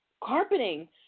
carpeting